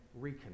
reconnect